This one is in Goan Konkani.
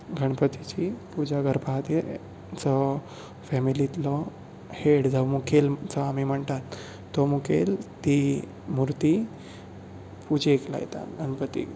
गणपतीची पुजा करपा खातीर जो फॅमिलींतलो हेड जो मुखेल आमी म्हणटात तो मुखेल ती मुर्ती पुजेक लायतात गणपतीक